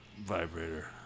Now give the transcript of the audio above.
vibrator